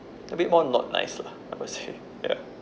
a bit more not nice lah I would say ya